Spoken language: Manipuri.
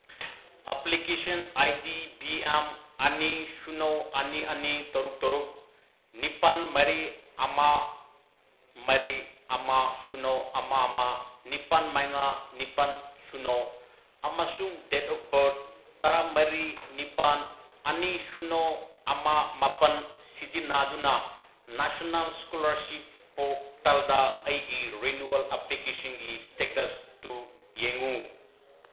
application I D B M ꯑꯅꯤ ꯁꯨꯅꯣ ꯑꯅꯤ ꯑꯅꯤ ꯇꯔꯨꯛ ꯇꯔꯨꯛ ꯅꯤꯄꯥꯟ ꯃꯔꯤ ꯑꯃ ꯃꯔꯤ ꯑꯃ ꯁꯨꯅꯣ ꯑꯃ ꯑꯃ ꯅꯤꯄꯥꯟ ꯃꯉꯥ ꯅꯤꯄꯥꯟ ꯁꯨꯅꯣ ꯑꯃꯁꯨꯡ ꯗꯦꯠ ꯑꯣꯐ ꯕꯔꯠ ꯇꯔꯥꯃꯔꯤ ꯅꯤꯄꯥꯟ ꯑꯅꯤ ꯁꯨꯅꯣ ꯑꯃ ꯃꯥꯄꯟ ꯁꯤꯖꯤꯟꯅꯗꯨꯅ ꯅꯦꯁꯅꯦꯜ ꯏꯁꯀꯣꯂꯥꯔꯁꯤꯞ ꯄꯣꯔꯇꯦꯜꯗ ꯑꯩꯒꯤ ꯔꯤꯅꯤꯋꯦꯜ ꯑꯦꯄ꯭ꯂꯤꯀꯦꯁꯟꯒꯤ ꯏꯁꯇꯦꯇꯁꯇꯨ ꯌꯦꯡꯉꯨ